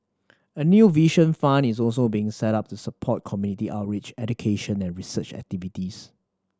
a new Vision Fund is also being set up to support community outreach education and research activities